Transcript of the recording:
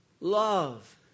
love